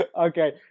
Okay